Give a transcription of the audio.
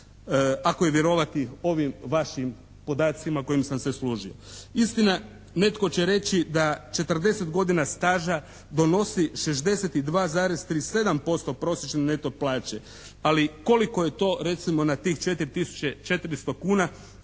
ako je vjerovati ovim vašim podacima kojim sam se služio. Istina netko će reći da 40 godina staža donosi 62,37% prosječne neto plaće, ali koliko je to recimo na tih 4 tisuće